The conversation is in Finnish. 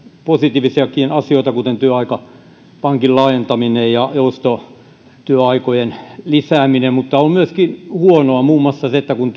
positiivisiakin asioita kuten työaikapankin laajentaminen ja joustotyöaikojen lisääminen mutta on myöskin huonoa muun muassa se että kun